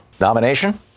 Nomination